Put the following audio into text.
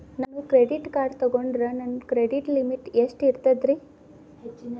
ನಾನು credit card ತೊಗೊಂಡ್ರ ನನ್ನ ಕ್ರೆಡಿಟ್ ಲಿಮಿಟ್ ಎಷ್ಟ ಇರ್ತದ್ರಿ?